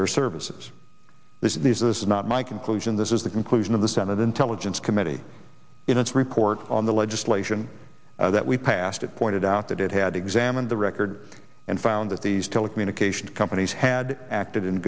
their services this is these this is not my conclusion this is the conclusion of the senate intelligence committee in its report on the legislation that we passed it pointed out that it had examined the record and found that these telecommunications companies had acted in